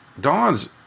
Dawn's